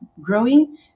growing